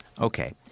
Okay